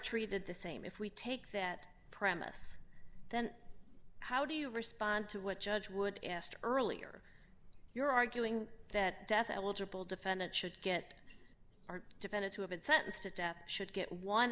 treated the same if we take that premise then how do you respond to what judge would asked earlier you're arguing that death eligible defendant should get art defended to have been sentenced to death should get one